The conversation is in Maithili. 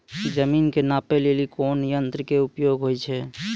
जमीन के नापै लेली कोन यंत्र के उपयोग होय छै?